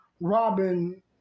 Robin